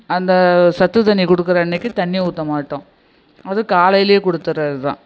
அந்த சத்து தண்ணி கொடுக்குற அன்றைக்கு தண்ணி ஊற்ற மாட்டோம் அதுவும் காலையில கொடுத்துட்றது தான்